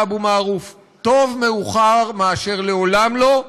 אבו מערוף: טוב מאוחר מאשר לעולם לא.